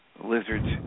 Lizards